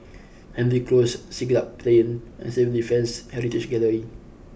Hendry Close Siglap Plain and Civil Defence Heritage Gallery